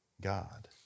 God